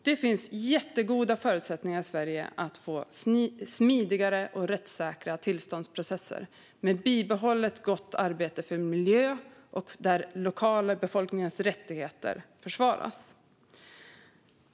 Det finns mycket goda förutsättningar att i Sverige få till smidiga och rättssäkra processer med bibehållet gott arbete för miljön och där lokalbefolkningens rättigheter försvaras.